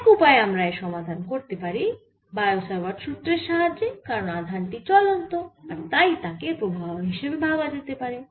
এক উপায়ে আমরা এর সমাধান করতে পারি বায়ো স্যাভার্ট সুত্রের সাহায্যে কারণ আধান টি চলন্ত আর তাই তাকে প্রবাহ হিসেবে ভাবা যেতে পারে